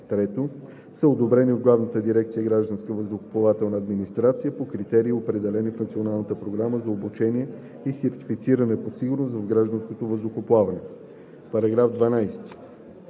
3. са одобрени от Главна дирекция „Гражданска въздухоплавателна администрация“ по критериите, определени в Националната програма за обучение и сертифициране по сигурност в гражданското въздухоплаване.“